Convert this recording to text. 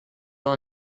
will